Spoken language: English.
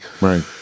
Right